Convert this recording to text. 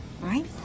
Right